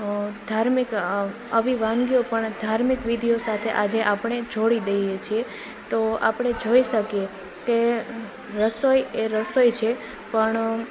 ધાર્મિક આવી વાનગીઓ પણ ધાર્મિક વિધિઓ સાથે આજે આપણે જોડી દઈએ છીએ તો આપણે જોઈ શકીએ કે રસોઈ એ રસોઈ છે પણ